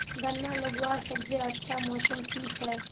गन्ना लगवार सबसे अच्छा मौसम की छे?